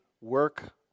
work